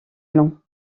blancs